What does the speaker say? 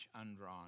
undrawn